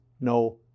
no